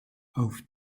auf